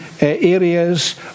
areas